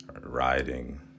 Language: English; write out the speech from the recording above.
riding